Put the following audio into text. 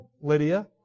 Lydia